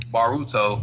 Baruto